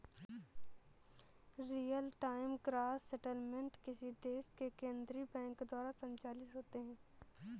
real time gross settlement किसी देश के केन्द्रीय बैंक द्वारा संचालित होते हैं